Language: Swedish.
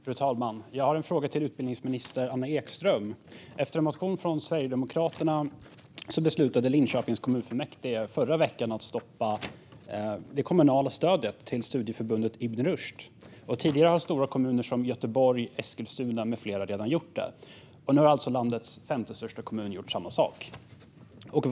Fru talman! Jag har en fråga till utbildningsminister Anna Ekström. Efter en motion från Sverigedemokraterna beslutade Linköpings kommunfullmäktige förra veckan att stoppa det kommunala stödet till Studieförbundet Ibn Rushd. Tidigare har stora kommuner som Göteborg, Eskilstuna med flera redan gjort det. Nu har alltså landets femte största kommun gjort samma sak.